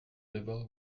devil